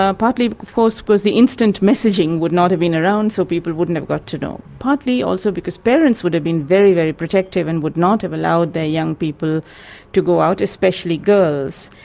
ah partly of course because the instant messaging would not have been around, so people wouldn't have got to know. partly also because parents would have been very, very protective and would not have allowed their young people to go out, especially girls.